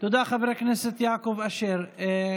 תודה, חבר הכנסת יעקב אשר.